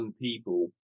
people